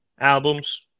albums